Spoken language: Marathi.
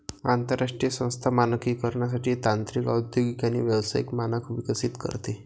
आंतरराष्ट्रीय संस्था मानकीकरणासाठी तांत्रिक औद्योगिक आणि व्यावसायिक मानक विकसित करते